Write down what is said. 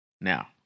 Now